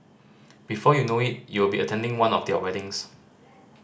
before you know it you'll be attending one of their weddings